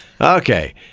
Okay